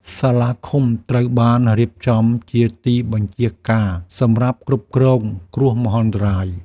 សាលាឃុំត្រូវបានរៀបចំជាទីបញ្ជាការសម្រាប់គ្រប់គ្រងគ្រោះមហន្តរាយ។